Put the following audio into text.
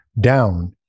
down